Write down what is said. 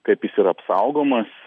kaip jis yra apsaugomas